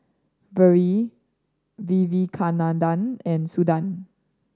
Vedre Vivekananda and Suda